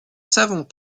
savons